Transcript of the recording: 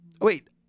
Wait